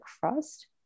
frost